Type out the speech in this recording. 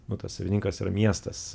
nu tas savininkas yra miestas